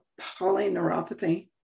polyneuropathy